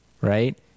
right